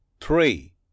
three